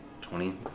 Twenty